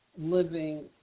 living